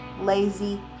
lazy